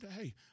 Hey